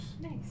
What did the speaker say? Nice